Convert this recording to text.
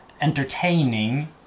entertaining